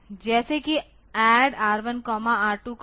जैसे कि add R1 R2 R3